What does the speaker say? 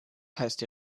heißt